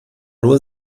nur